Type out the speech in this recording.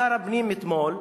שר הפנים אתמול,